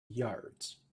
yards